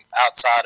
outside